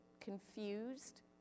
confused